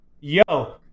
yo